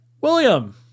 William